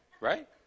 Right